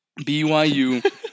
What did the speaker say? BYU